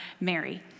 Mary